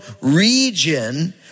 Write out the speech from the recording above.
region